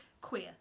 queer